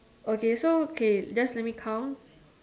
okay so okay just let me count